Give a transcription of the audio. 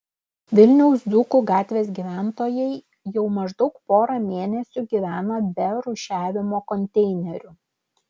vilniaus dzūkų gatvės gyventojai jau maždaug porą mėnesių gyvena be rūšiavimo konteinerių